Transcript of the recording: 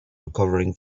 recovering